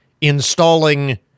installing